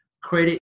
credit